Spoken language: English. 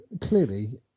clearly